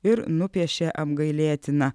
ir nupiešė apgailėtiną